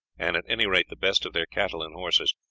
and at any rate the best of their cattle and horses,